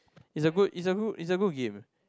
is a good is a good is a good game